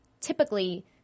typically